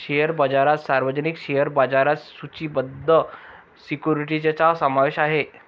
share बाजारात सार्वजनिक share बाजारात सूचीबद्ध सिक्युरिटीजचा समावेश आहे